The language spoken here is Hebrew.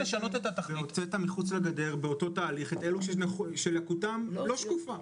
והוצאת מחוץ לגדר באותו תהליך את אלו שלקותם לא שקופה.